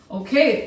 okay